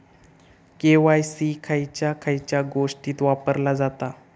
KYC खयच्या खयच्या गोष्टीत वापरला जाता?